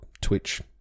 Twitch